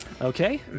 okay